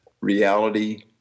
reality